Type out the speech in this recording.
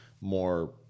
more